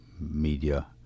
media